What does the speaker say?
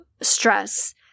stress